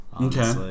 Okay